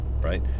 right